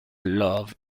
love